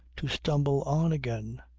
to stumble on again,